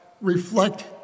reflect